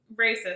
racist